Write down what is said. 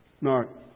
No